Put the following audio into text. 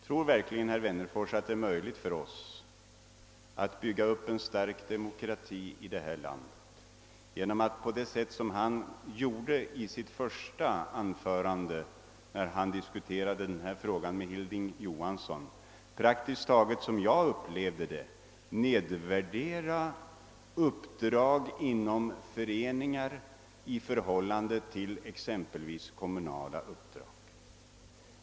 Tror verkligen herr Wennerfors att det för oss är möjligt att bygga upp en stark demokrati i detta land genom att på det sätt han gjorde i sitt första anförande praktiskt taget nedvärdera uppdrag inom föreningar i förhållande till kommunala uppdrag? Jag upplevde hans diskussion med Hilding Johansson på det sättet.